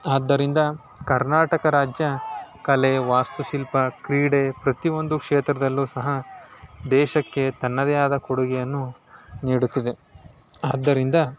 ಆದ್ದರಿಂದ ಕರ್ನಾಟಕ ರಾಜ್ಯ ಕಲೆ ವಾಸ್ತುಶಿಲ್ಪ ಕ್ರೀಡೆ ಪ್ರತಿಯೊಂದು ಕ್ಷೇತ್ರದಲ್ಲೂ ಸಹ ದೇಶಕ್ಕೆ ತನ್ನದೇ ಆದ ಕೊಡುಗೆಯನ್ನು ನೀಡುತ್ತಿದೆ ಆದ್ದರಿಂದ